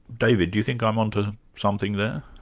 david, do you think i'm on to something there?